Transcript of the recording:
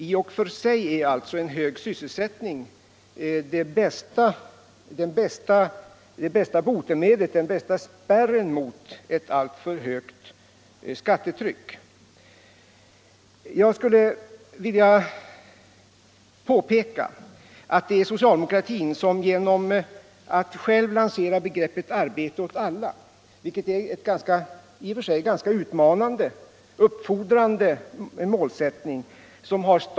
I och för sig är alltså en hög sysselsättning det bästa botemedlet, den bästa spärren, mot ett alltför högt skattetryck. Jag skulle vilja påpeka att det är socialdemokratin som har startat den här debatten genom att lansera begreppet ”arbete åt alla”, vilket i och för sig är en ganska utmanande och uppfordrande målsättning.